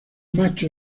macho